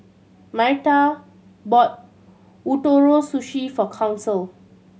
Myrta bought Ootoro Sushi for Council